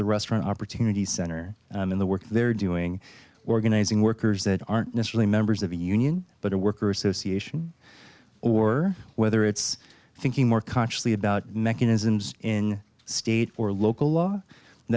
the restaurant opportunities center in the work they're doing organizing workers that aren't necessarily members of a union but a worker association or whether it's thinking more consciously about mechanisms in state or local law